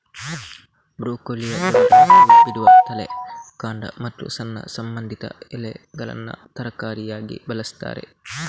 ಬ್ರೊಕೊಲಿಯ ದೊಡ್ಡ ಹೂ ಬಿಡುವ ತಲೆ, ಕಾಂಡ ಮತ್ತು ಸಣ್ಣ ಸಂಬಂಧಿತ ಎಲೆಗಳನ್ನ ತರಕಾರಿಯಾಗಿ ಬಳಸ್ತಾರೆ